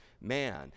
man